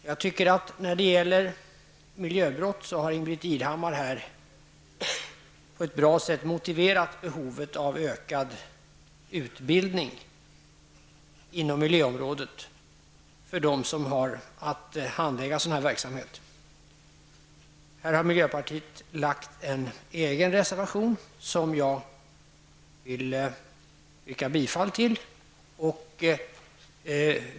Jag tycker att Ingbritt Irhammar när det gäller miljöbrott på ett bra sätt har motiverat behovet av ökad utbildning inom miljöområdet för dem som har att handlägga sådan verksamhet. Här har miljöpartiet lämnat en egen reservation, som jag vill yrka bifall till.